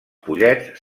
pollets